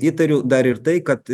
įtariu dar ir tai kad